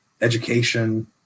education